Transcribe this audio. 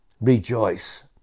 rejoice